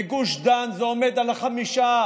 בגוש דן זה עומד על 4%;